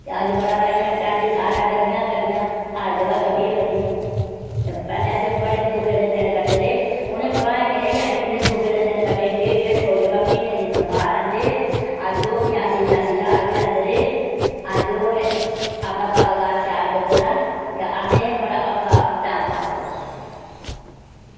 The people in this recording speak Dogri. ते अज्ज बड़ा अरेंज़मैंट ऐ अज्ज सारै गड्डियां गड्डियां हर जगह गड्डी गै गड्डी पैह्लें असें बड़े दुखै दे दिन कट्टे दे उ'नें भ्राएं मेरे गै इन्ने दुखै दे दिन कट्टे दे डेढ़ डेढ़ सौ जेह्का म्हीनै दी तन्खाह् लैंदे हे अज्ज ओह् पचासी पचासी ज्हार रपेऽ बी लैंदे रेह् अज्ज ओह् अपना कारोबार शैल कीते दा ते असें बड़ा औखा टैम पास कीते दा